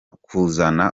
kuzana